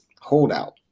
holdout